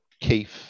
keith